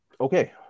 okay